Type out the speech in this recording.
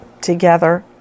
together